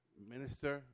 minister